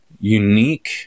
unique